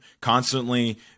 constantly